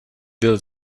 byl